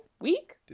week